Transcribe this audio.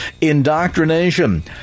Indoctrination